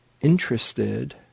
interested